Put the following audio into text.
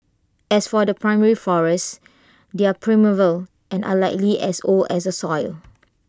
as for the primary forest they're primeval and are likely as old as A soil